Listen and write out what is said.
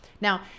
Now